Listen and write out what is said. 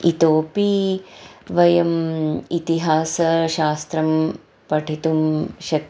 इतोऽपि वयम् इतिहासशास्त्रं पठितुं शक्नुमः